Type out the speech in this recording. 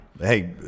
Hey